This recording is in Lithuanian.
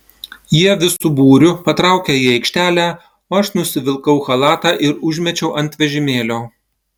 jie visu būriu patraukė į aikštelę o aš nusivilkau chalatą ir užmečiau ant vežimėlio